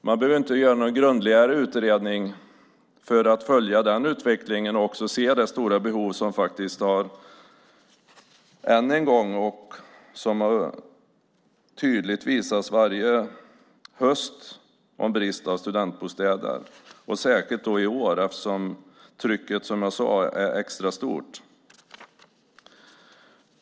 Man behöver inte göra någon grundligare utredning för att följa utvecklingen och se det stora behov av studentbostäder som än en gång tydligt visats och som visas varje höst. Det gäller särskilt i år då trycket, som jag sade, är extra stort.